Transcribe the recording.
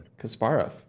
Kasparov